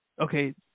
Okay